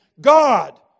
God